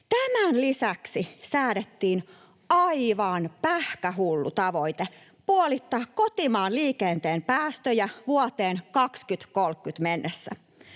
Tämän lisäksi säädettiin aivan pähkähullu tavoite puolittaa kotimaan liikenteen päästöt vuoteen 2030 mennessä.